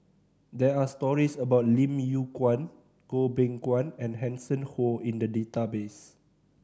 there are stories about Lim Yew Kuan Goh Beng Kwan and Hanson Ho in the database